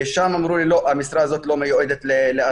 ושם אמרו לי: לא, המשרה הזאת לא מיועדת לערבים.